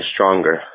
stronger